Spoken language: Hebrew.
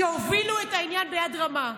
הובילו את העניין ביד רמה.